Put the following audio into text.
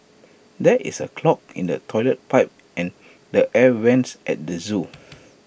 there is A clog in the Toilet Pipe and the air Vents at the Zoo